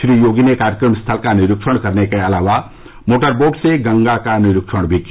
श्री योगी ने कार्यक्रम स्थल का निरीक्षण करने के अलावा मोटर बोट से गंगा का निरीक्षण भी किया